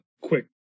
quick